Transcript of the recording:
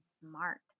smart